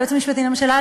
ליועץ המשפטי לממשלה,